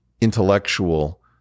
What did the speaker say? intellectual